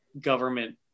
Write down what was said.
government